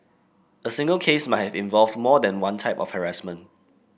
a single case might have involved more than one type of harassment